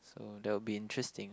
so that will be interesting